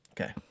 Okay